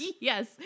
Yes